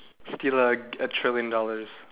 steal like a trillion dollars